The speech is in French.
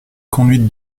conduite